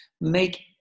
make